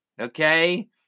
Okay